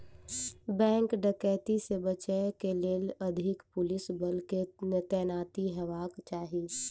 bank डकैती से बचय के लेल अधिक पुलिस बल के तैनाती हेबाक चाही